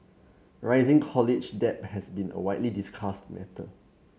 rising college debt has been a widely discussed matter